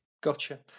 gotcha